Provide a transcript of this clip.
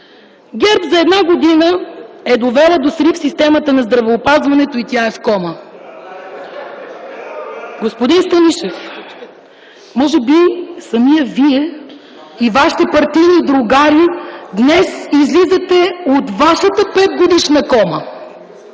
„ГЕРБ за една година е довела до срив системата на здравеопазването и тя е в кома.” (Смях от КБ.) Господин Станишев, може би самият Вие и Вашите партийни другари днес излизате от вашата петгодишна кома,…